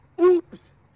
Oops